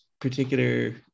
particular